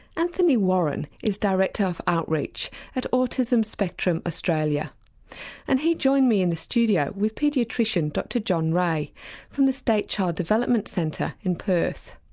anthony warren is director of outreach at autism spectrum australia and he joined me in the studio with paediatrician dr john wray from the state child development centre in perth.